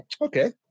Okay